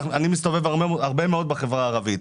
אני מסתובב הרבה מאוד בחברה הערבית,